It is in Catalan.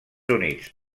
units